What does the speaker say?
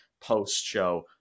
post-show